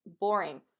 boring